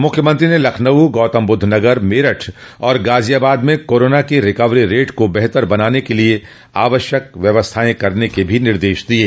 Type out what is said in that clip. मुख्यमंत्री ने लखनऊ गौतमबुद्ध नगर मेरठ और गाजियाबाद में कोरोना क रिकवरी रेट को बेहतर बनाने के लिये आवश्यक व्यवस्थाएं करने के भी निर्देश दिये